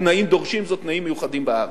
התנאים דורשים זאת, תנאים מיוחדים בארץ.